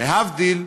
להבדיל,